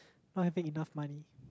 not having enough money